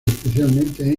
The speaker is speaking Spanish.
especialmente